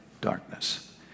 darkness